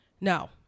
No